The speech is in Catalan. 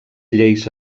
lleis